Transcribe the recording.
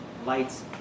Lights